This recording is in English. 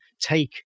take